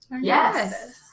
Yes